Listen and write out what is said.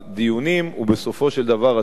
ובסופו של דבר הציבור ישפוט.